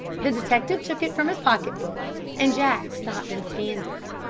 the detective took it from his pocket book and jack stopped and scanned it.